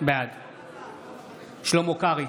שלמה קרעי,